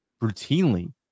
routinely